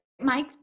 Mike